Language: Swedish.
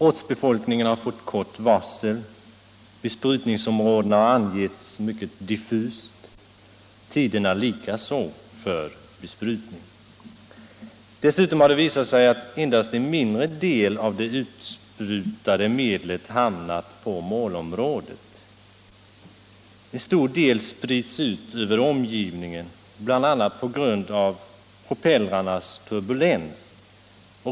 Ortsbefolkningen har fått kort varsel, besprutningsområdena har angetts mycket diffust, likaså tiderna för besprutning. Dessutom har det visat sig att endast en mindre del av det utsprutade medlet hamnar på målområdet. En stor del sprids ut över omgivningen, bl.a. på grund av propellrarnas turbulens.